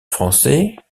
français